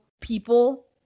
people